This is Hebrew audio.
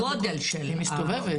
היא מסתובבת,